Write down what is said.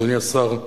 אדוני השר,